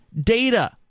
data